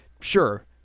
sure